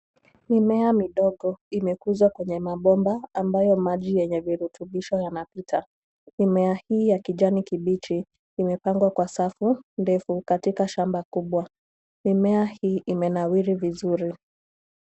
Mimea midogo imekuzwa kwenye mabomba ambayo maji yenye virutubisho yanapita. Mimea hii ya kijani kibichi imepangwa kwa safu ndefu katika shamba kubwa. Mimea hii imewiri vizuri.